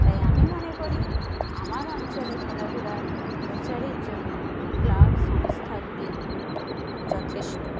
তাই আমি মনে করি আমার অঞ্চলে খেলাধুলার প্রচারের জন্য ক্লাব সংস্থাগুলি যথেষ্ট